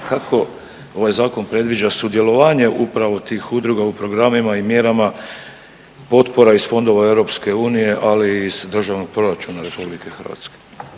kako ovaj zakon predviđa sudjelovanje upravo tih udruga u programima i mjerama potpora iz fondova EU, ali i iz Državnog proračuna RH?